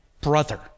brother